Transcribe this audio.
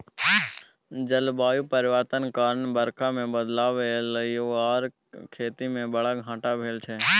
जलबायु परिवर्तन कारणेँ बरखा मे बदलाव एलय यै आर खेती मे बड़ घाटा भेल छै